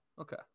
Okay